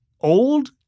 Old